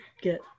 get